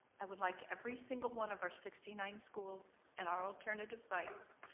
i would like every single one of our sixty nine schools and our alternative sites